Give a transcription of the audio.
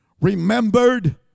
remembered